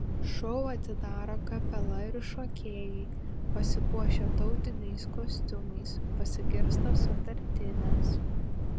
šou atidaro kapela ir šokėjai pasipuošę tautiniais kostiumais pasigirsta sutartinės